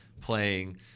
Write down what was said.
playing